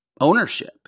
ownership